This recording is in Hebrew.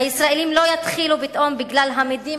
הישראלים לא יתחילו פתאום בגלל המדים